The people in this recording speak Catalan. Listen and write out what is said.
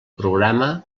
programa